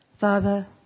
Father